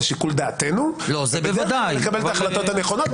שיקול דעתנו ולקבל את ההחלטות הנכונות.